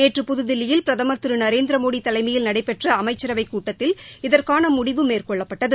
நேற்று புதுதில்லியில் பிரதமர் திரு நரேந்திர மோடி தலைமையில் நடைபெற்ற அமைச்சரவை கூட்டத்தில் இதற்கான முடிவு மேற்கொள்ளப்பட்டது